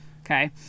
Okay